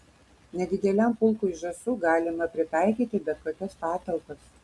nedideliam pulkui žąsų galima pritaikyti bet kokias patalpas